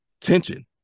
tension